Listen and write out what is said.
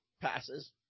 passes